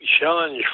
challenge